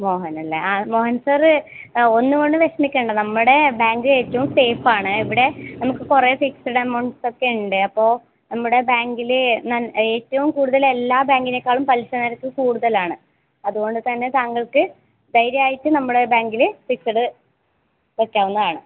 മോഹനല്ലേ ആ മോഹൻ സാറ് ഒന്നു കൊണ്ടും വിഷമിക്കേണ്ട നമ്മുടെ ബാങ്കിലേറ്റവും സേഫാണ് ഇവിടെ നമുക്ക് കുറേ ഫിക്സഡ് എമൗണ്ട്സൊക്കെയുണ്ട് അപ്പോ നമ്മുടെ ബാങ്കിൽ ഏറ്റോം കൂടുതല് എല്ലാ ബാങ്കിനെക്കാളും പലിശ നിരക്ക് കൂടുതലാണ് അതുകൊണ്ട് തന്നെ താങ്കൾക്ക് ധൈര്യമായിട്ട് നമ്മളെ ബാങ്കിൽ ഫിക്സഡ് വയ്ക്കാവുന്നതാണ്